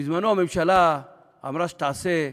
בזמנה הממשלה אמרה שתעשה,